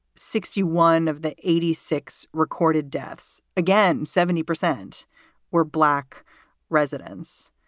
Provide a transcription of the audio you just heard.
sixty one of the eighty six recorded deaths. again, seventy percent were black residents.